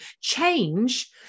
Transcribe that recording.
Change